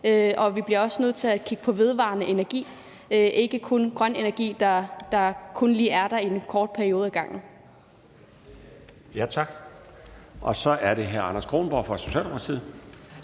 og vi bliver også nødt til at kigge på vedvarende energi og ikke kun grøn energi, der kun er der i en kort periode ad gangen.